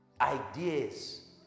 ideas